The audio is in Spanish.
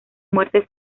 muerte